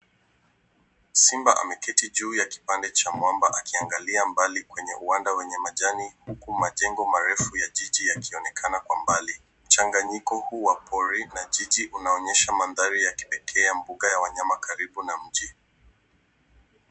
Simba ameketi juu ya kipande cha mwamba akiangalia mbali kwenye uwanja wenye majani, majengo marefu yakionekana kwa mbali. Mchanganyiko huu wa pori na jiji inaonyesha mandhari ya kipekee ya mbuga ya wanyama karibu na mji.